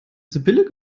sibylle